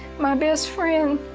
my best friend.